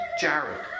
Jared